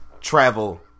travel